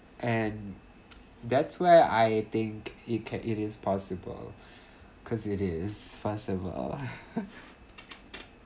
and that's where I think it can it is possible well cause it is first of all